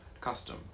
custom